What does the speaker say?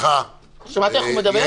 שמעת איך הוא מדבר?